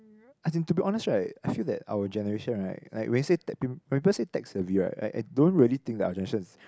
I think to be honest right I feel that our generation right like when you say when people say tech savvy right I I don't really think that our generation is